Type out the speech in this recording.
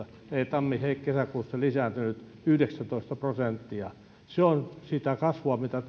tammi kesäkuussa lisääntynyt yhdeksäntoista prosenttia se on sitä kasvua mitä